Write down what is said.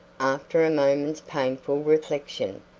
after a moment's painful reflection,